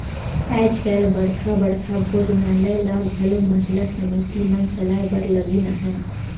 आएज काएल बड़खा बड़खा भोजनालय ल घलो महिला समिति मन चलाए बर लगिन अहें